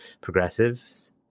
progressives